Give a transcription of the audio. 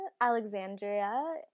Alexandria